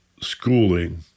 schooling